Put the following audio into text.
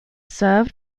served